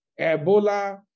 Ebola